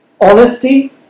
Honesty